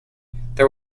there